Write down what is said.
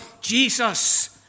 Jesus